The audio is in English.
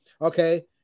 Okay